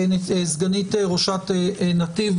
סגנית ראשת נתיב.